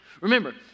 remember